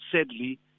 Sadly